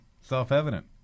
self-evident